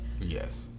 Yes